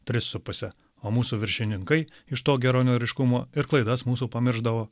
tris su puse o mūsų viršininkai iš to geranoriškumo ir klaidas mūsų pamiršdavo